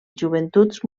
joventuts